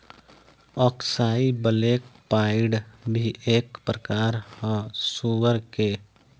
अक्साई black pied भी एक प्रकार ह सुअर के